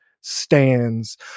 stands